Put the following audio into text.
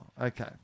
okay